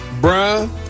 Bruh